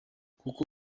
kuko